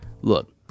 Look